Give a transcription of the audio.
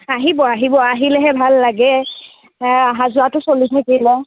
আহিব আহিব আহিলেহে ভাল লাগে অহা যোৱাটো চলি থাকিব